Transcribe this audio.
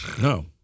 No